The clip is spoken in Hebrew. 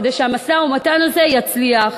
כדי שהמשא-ומתן הזה יצליח,